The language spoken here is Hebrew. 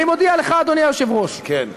אני מודיע לך, אדוני היושב-ראש, כן.